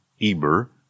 Eber